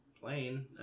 plain